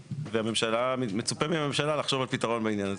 והממשלה מצופה מהממשלה לחשוב על פתרון בעניין הזה.